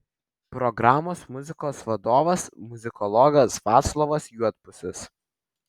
programos muzikos vadovas muzikologas vaclovas juodpusis